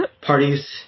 Parties